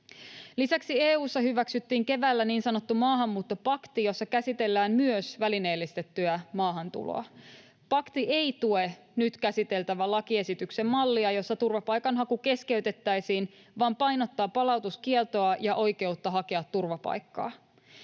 Lisäksi EU:ssa hyväksyttiin keväällä niin sanottu maahanmuuttopakti, jossa käsitellään myös välineellistettyä maahantuloa. Pakti ei tue nyt käsiteltävän lakiesityksen mallia, jossa turvapaikanhaku keskeytettäisiin, vaan painottaa palautuskieltoa ja oikeutta hakea turvapaikkaa.